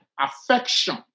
affection